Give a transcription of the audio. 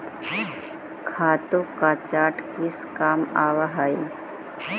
खातों का चार्ट किस काम आवअ हई